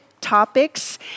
topics